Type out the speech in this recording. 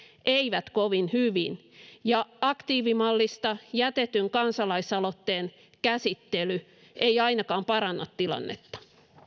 eivät kovin hyvin ja aktiivimallista jätetyn kansalaisaloitteen käsittely ei ainakaan paranna tilannetta